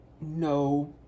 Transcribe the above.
no